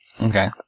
Okay